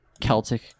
Celtic